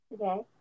okay